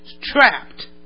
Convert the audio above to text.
trapped